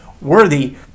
worthy